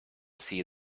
see